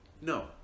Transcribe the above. No